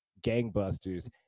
gangbusters